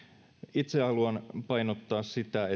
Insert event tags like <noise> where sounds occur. itse haluan painottaa sitä <unintelligible>